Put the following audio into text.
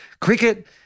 Cricket